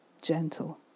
gentle